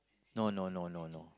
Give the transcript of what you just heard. no no no no no